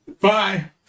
Bye